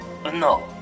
No